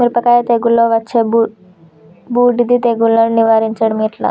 మిరపకాయ తెగుళ్లలో వచ్చే బూడిది తెగుళ్లను నివారించడం ఎట్లా?